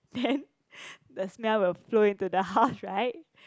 then the smell will flow into the house right